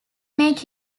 make